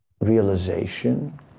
realization